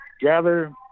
gather